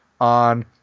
on